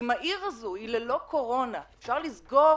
אם העיר הזאת היא ללא קורונה אפשר לסגור